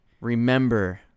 Remember